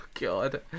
God